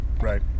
Right